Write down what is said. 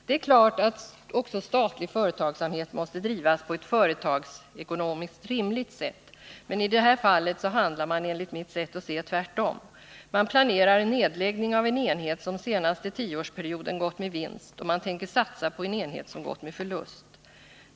Det är klart att också statliga företag måste drivas på ett företagsekonomiskt rimligt sätt, men i det här fallet handlar man enligt mitt sätt att se tvärtom. Man planerar nedläggning av en enhet som den senaste tioårsperioden gått med vinst, och man tänker satsa på en enhet som gått med förlust.